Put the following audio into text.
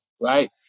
right